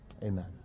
Amen